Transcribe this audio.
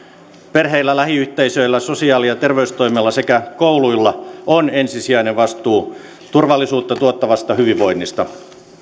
perheillä lähiyhteisöillä sosiaali ja terveystoimella sekä kouluilla on ensisijainen vastuu turvallisuutta tuovasta hyvinvoinnista